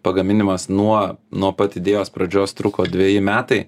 pagaminimas nuo nuo pat idėjos pradžios truko dveji metai